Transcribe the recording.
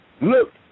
Look